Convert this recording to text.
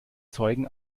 zeugen